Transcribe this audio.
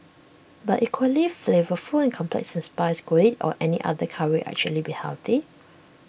but equally flavourful and complex in spice could IT or any other Curry actually be healthy